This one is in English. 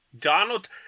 Donald –